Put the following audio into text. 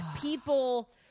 people